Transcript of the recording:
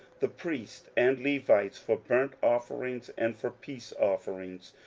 the priests and levites for burnt offerings and for peace offerings,